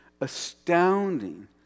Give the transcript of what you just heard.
astounding